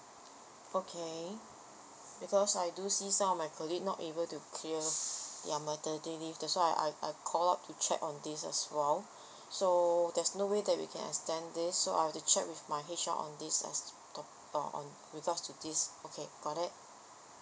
okay because I do see some of my colleague not able to clear their maternity leave that's why I I call up to check on this as well so there's no way that we can extend this so I have to check with my H_R on this as on on regards to this okay got it